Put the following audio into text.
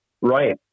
Right